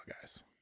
guys